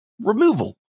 removal